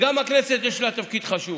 גם לכנסת יש תפקיד חשוב.